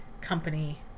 company